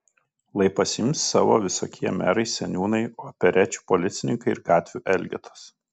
lai pasiims savo visokie merai seniūnai operečių policininkai ir gatvių elgetos